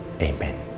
amen